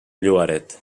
llogaret